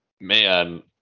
man